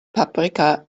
paprika